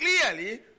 clearly